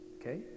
okay